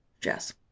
Jess